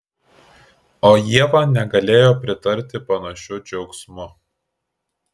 o ieva negalėjo pritarti panašiu džiaugsmu